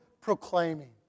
proclaiming